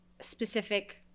specific